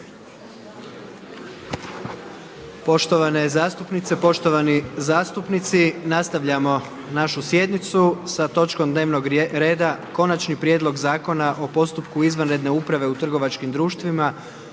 Poštovane zastupnice, poštovani zastupnici, nastavljamo našu sjednicu sa točkom dnevnog reda: - Konačni prijedlog Zakona o postupku izvanredne uprave u trgovačkim društvima